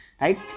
right